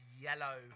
yellow